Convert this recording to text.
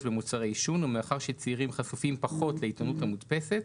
במוצרי עישון ומאחר שצעירים חשופים פחות לעיתונות המודפסת,